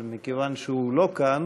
אבל מכיוון שהוא לא כאן